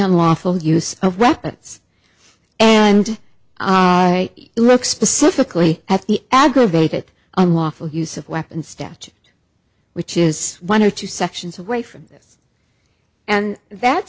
unlawful use of weapons and look specifically at the aggravated unlawful use of weapon statute which is one or two sections away from this and that